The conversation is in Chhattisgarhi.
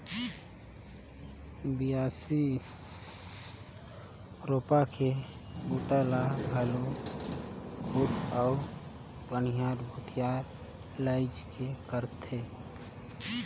बियासी, रोपा के बूता ल घलो खुद अउ बनिहार भूथिहार लेइज के करथे